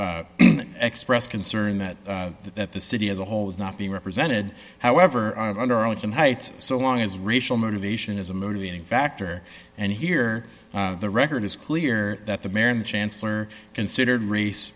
has expressed concern that that that the city as a whole is not being represented however under oath in heights so long as racial motivation is a motivating factor and here the record is clear that the mayor and the chancellor considered race